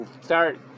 start